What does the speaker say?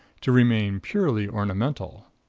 to remain purely ornamental.